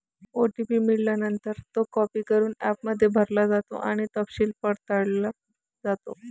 OTP मिळाल्यानंतर, तो copy करून ॲपमध्ये भरला जातो आणि तपशील पडताळला जातो